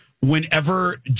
whenever